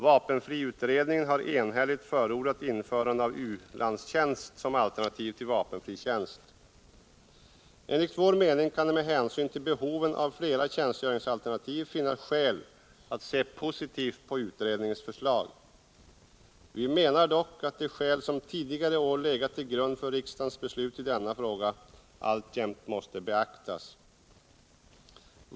Vapenfriutredningen har enhälligt förordat införande av u-landstjänst som alternativ till vapenfritjänst. Enligt vår mening kan det med hänsyn till behoven av flera tjänstgöringsalternativ finnas skäl att se positivt på utredningens förslag. Vi menar dock att de skäl som tidigare år legat till grund för riksdagens beslut i denna fråga alltjämt måste beaktas.